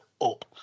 up